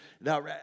now